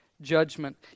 judgment